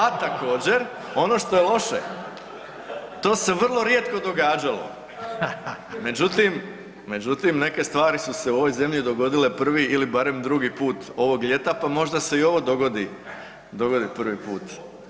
A također, ono što je loše, to se vrlo rijetko događalo međutim, neke stvari su se u ovoj zemlji dogodile prvi ili barem drugi put ovog ljeta pa možda se i ovo dogodi prvi put.